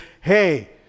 hey